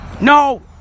No